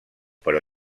però